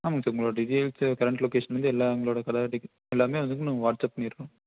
ஆமாம்ங்க சார் உங்களோட details current லொக்கேஷன்லேர்ந்து எல்லா எங்களோட கடை எல்லாமே வந்துவிட்டு நான் உங்களுக்கு வாட்ஸப் பண்ணிடுறோம்